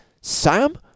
Sam